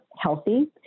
healthy